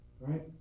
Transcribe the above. Right